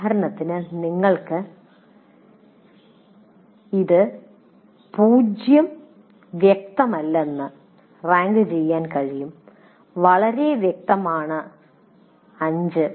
ഉദാഹരണത്തിന് നിങ്ങൾക്ക് ഇത് 0 വ്യക്തമല്ലെന്ന് റാങ്ക് ചെയ്യാൻ കഴിയും വളരെ വ്യക്തമാണ് 5